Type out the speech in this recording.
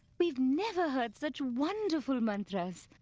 we have never heard such wonderful mantras.